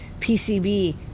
PCB